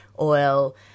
oil